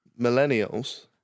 Millennials